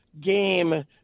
game